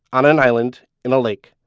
on an island, in a lake,